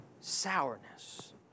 Sourness